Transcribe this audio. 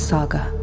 Saga